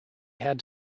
had